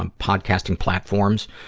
um podcasting platforms,